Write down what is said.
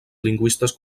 lingüistes